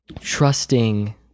trusting